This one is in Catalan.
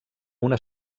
una